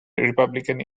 republican